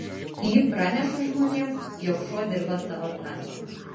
ji praneša žmonėms jog šuo dirba savo darbą